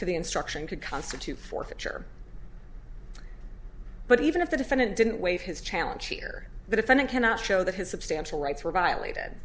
to the instruction could constitute forfeiture but even if the defendant didn't waive his challenge here the defendant cannot show that his substantial rights were violated